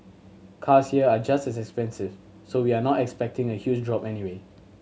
cars here are just expensive so we are not expecting a huge drop anyway